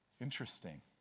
Interesting